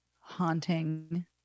haunting